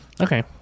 Okay